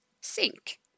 sink